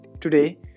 Today